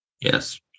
Yes